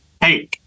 hey